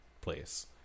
place